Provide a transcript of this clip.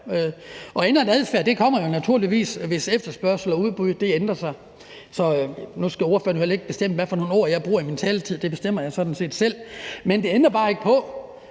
og ændret adfærd kommer naturligvis, hvis efterspørgsel og udbud ændrer sig. Nu skal ordføreren jo heller ikke bestemme, hvad for nogle ord jeg bruger i min taletid. Det bestemmer jeg sådan set selv. Men det ændrer bare ikke på,